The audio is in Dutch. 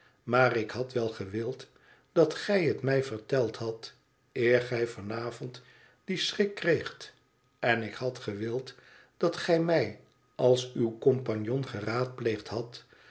maar ik had wel gewild dat gij het mij verteld hadt eer gij van avond dien schrik kreegt en ik had gewild dat gij mij als uw compagnon geraadpleegd had